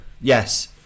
Yes